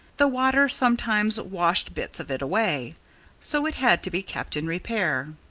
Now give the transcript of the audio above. the water sometimes washed bits of it away so it had to be kept in repair.